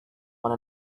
one